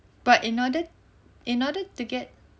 but in order to in order to get